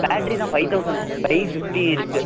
battery தான் five thousand five fifty இருக்கு